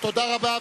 תודה רבה.